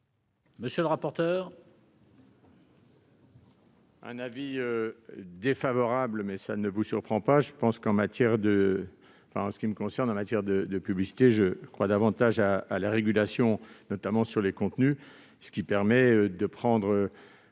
Monsieur le rapporteur